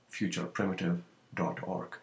futureprimitive.org